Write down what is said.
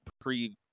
pre